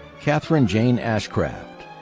katherine jane ashcraft.